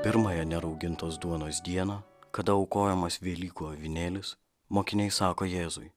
pirmąją neraugintos duonos dieną kada aukojamas velykų avinėlis mokiniai sako jėzui